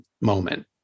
moment